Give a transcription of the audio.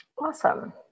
Awesome